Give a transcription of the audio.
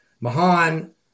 Mahan